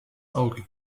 auge